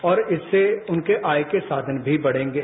और इससे उनके आय के साधन भी बढ़ेंगे